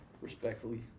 respectfully